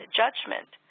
judgment